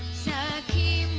so the